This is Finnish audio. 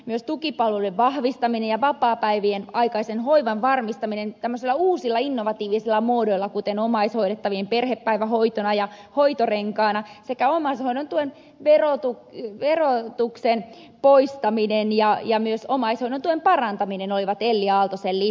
myös tukipalvelujen vahvistaminen ja vapaapäivien aikaisen hoivan varmistaminen tämmöisillä uusilla innovatiivisilla muodoilla kuten omaishoidettavien perhepäivähoito ja hoitorengas sekä omaishoidon tuen verotuksen poistaminen ja myös omaishoidon tuen parantaminen olivat elli aaltosen listalla